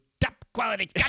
top-quality